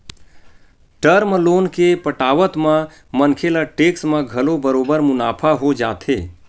term loan के पटावत म मनखे ल टेक्स म घलो बरोबर मुनाफा हो जाथे